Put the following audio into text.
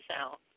out